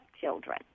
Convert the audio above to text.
children